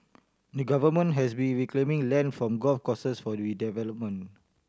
the Government has been reclaiming land from golf courses for redevelopment